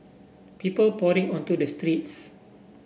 people pouring onto the streets